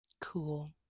Cool